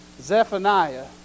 Zephaniah